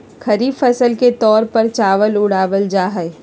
खरीफ फसल के तौर पर चावल उड़ावल जाहई